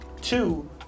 Two